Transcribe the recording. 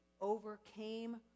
overcame